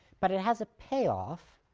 but it has a payoff,